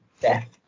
death